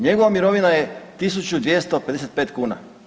Njegova mirovina je 1.255 kuna.